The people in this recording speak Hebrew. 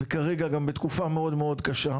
וכרגע גם בתקופה קשה מאוד.